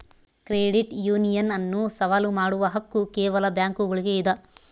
credit union ಅನ್ನು ಸವಾಲು ಮಾಡುವ ಹಕ್ಕು ಕೇವಲ ಬ್ಯಾಂಕುಗುಳ್ಗೆ ಇದ